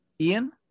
Ian